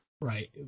Right